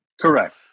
Correct